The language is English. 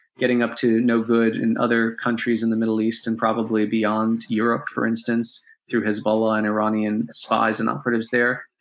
getting up to no good in other countries in the middle east and probably beyond, europe for instance through hezbollah and iranian spies and operatives there.